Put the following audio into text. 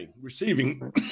receiving